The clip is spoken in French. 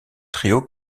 trio